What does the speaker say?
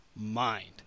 mind